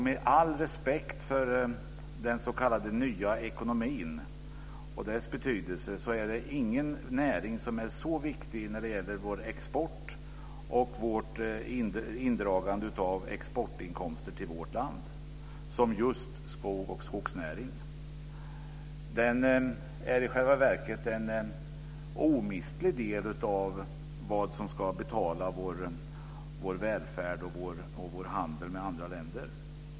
Med all respekt för den s.k. nya ekonomin och dess betydelse finns det inte en näring som är så viktig när det gäller vår export och indragandet av exportinkomster till vårt land som just skogen och skogsnäringen. Den är i själva verket en omistlig del av det som ska betala vår välfärd och vår handel med andra länder.